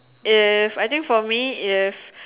if I think for me if